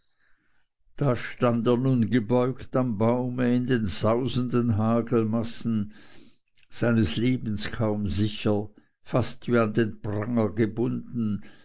da stund er nun gebeugt am baume in den sausenden hagelmassen seines lebens kaum sicher fast wie an den pranger gebunden